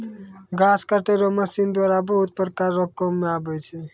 घास काटै रो मशीन द्वारा बहुत प्रकार रो काम मे आबै छै